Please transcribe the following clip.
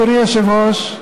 אדוני היושב-ראש,